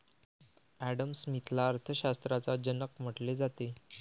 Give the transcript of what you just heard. Adam स्मिथला अर्थ शास्त्राचा जनक म्हटले जाते